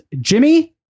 Jimmy